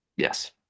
Yes